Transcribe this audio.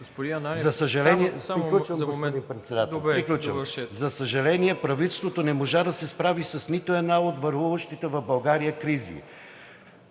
За съжаление, правителството не може да се справи с нито една от върлуващите в България кризи,